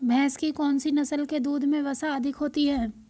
भैंस की कौनसी नस्ल के दूध में वसा अधिक होती है?